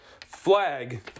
flag